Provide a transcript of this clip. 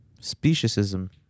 Speciesism